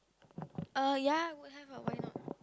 uh ya would have ah why not